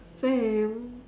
same